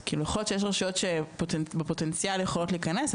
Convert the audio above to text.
כי יכול להיות שיש רשויות שפוטנציאלית יכולות להיכנס,